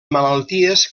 malalties